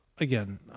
Again